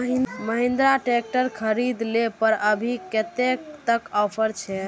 Mahindra tractor खरीद ले पर अभी कतेक तक ऑफर छे?